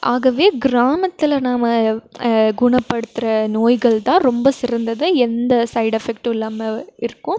ஆகவே கிராமத்தில் நாம் குணப்படுத்துகிற நோய்கள் தான் ரொம்ப சிறந்தது எந்த சைட் எஃபெக்ட்டும் இல்லாமல் இருக்கும்